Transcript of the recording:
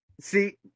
See